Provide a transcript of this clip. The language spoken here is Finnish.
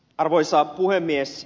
arvoisa puhemies